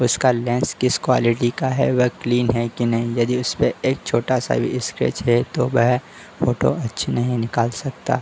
उसका लेंस किस क्वालिटी का है वह क्लीन है के नहीं यदि उसपर एक छोटा सा भी स्क्रैच है तो वह फोटो अच्छी नहीं निकाल सकता